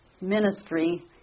ministry